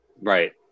Right